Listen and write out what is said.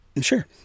Sure